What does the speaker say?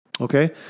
okay